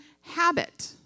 habit